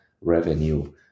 revenue